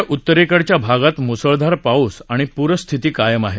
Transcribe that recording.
देशाच्या उत्तरेकडच्या भागात मुसळधार पाऊस आणि पूरस्थिती कायम आहे